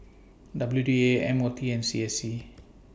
W D A M O T and C S C